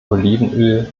olivenöl